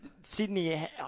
Sydney